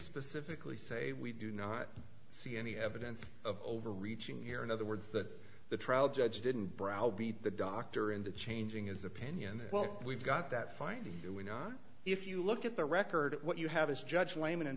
specifically say we do not see any evidence of overreaching here in other words that the trial judge didn't browbeat the doctor into changing his opinion well we've got that finding do we not if you look at the record what you have is judge la